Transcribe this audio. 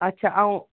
अच्छा ऐं